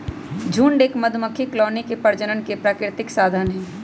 झुंड एक मधुमक्खी कॉलोनी के प्रजनन के प्राकृतिक साधन हई